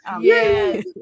yes